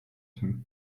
tym